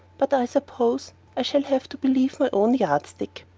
but i suppose i shall have to believe my own yardstick.